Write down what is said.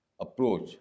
approach